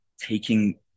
taking